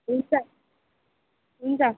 हुन्छ हुन्छ